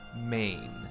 Maine